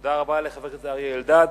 תודה רבה לחבר הכנסת אריה אלדד.